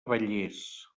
vallés